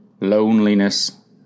loneliness